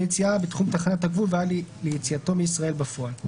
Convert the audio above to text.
יציאה בתחום תחנת הגבול ועד ליציאתו מישראל בפועל.